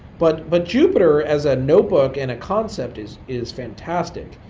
but but jupiter as a notebook and a concept is is fantastic.